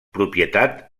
propietat